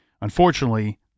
Unfortunately